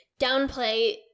downplay